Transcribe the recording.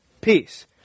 peace